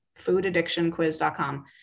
foodaddictionquiz.com